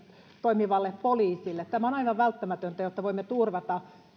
toimiville poliiseille tämä on aivan välttämätöntä jotta voimme turvata